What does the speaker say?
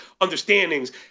understandings